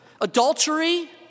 Adultery